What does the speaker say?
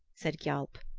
said gialp.